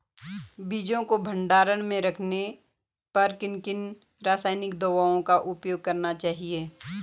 बीजों को भंडारण में रखने पर किन किन रासायनिक दावों का उपयोग करना चाहिए?